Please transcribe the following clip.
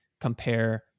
compare